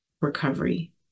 recovery